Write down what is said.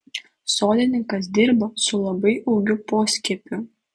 sodininkas dirba su labai augiu poskiepiu